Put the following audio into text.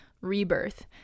rebirth